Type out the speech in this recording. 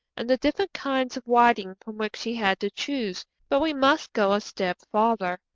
and the different kinds of writing from which he had to choose but we must go a step farther.